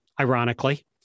ironically